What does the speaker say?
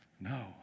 No